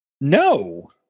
No